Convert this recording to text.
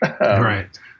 Right